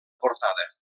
portada